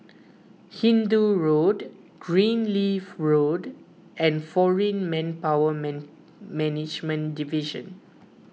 Hindoo Road Greenleaf Road and foreign Manpower man Management Division